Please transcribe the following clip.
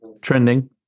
Trending